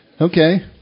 Okay